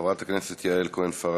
חברת הכנסת יעל כהן-פארן,